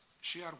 share